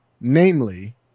Namely